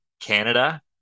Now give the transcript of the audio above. canada